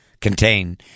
contain